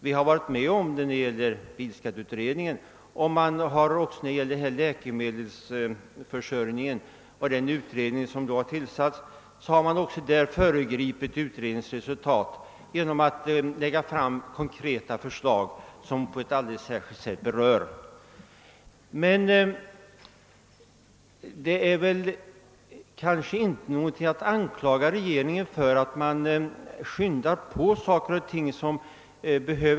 Vi har varit med om det när det gäller bilskatteutredningen, och också den utredning som behandlar läkemedelsförsörjning har föregripits genom att konkreta förslag lagts fram som på ett alldeles särskilt sätt berör frågekomplexet. Man kanske inte kan anklaga regeringen för att denna påskyndar saker och ting.